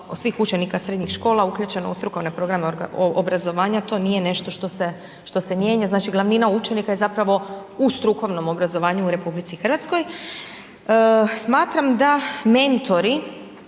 učenika srednjih škola uključeno u strukovne programe obrazovanja, to nije nešto što se mijenja, znači glavnina učenika je zapravo u strukovnom obrazovanju u RH. Smatram da mentori,